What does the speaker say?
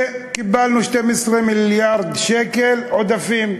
וקיבלנו 12 מיליארד שקל עודפים.